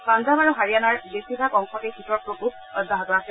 পাঞ্জাব আৰু হাৰিয়ানাৰ বেছিভাগ অংশতেই শীতৰ প্ৰকোপ অব্যাহত আছে